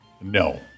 No